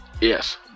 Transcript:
Yes